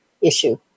issue